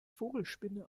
vogelspinne